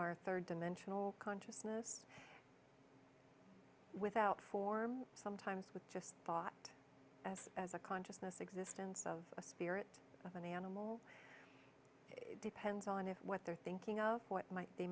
our third dimensional consciousness without form sometimes with just thought as as a consciousness existence of a spirit of an animal it depends on if what they're thinking of what might they